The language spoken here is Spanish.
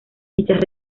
dichas